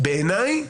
בעיניי